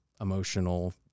emotional